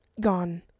gone